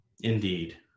Indeed